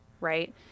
right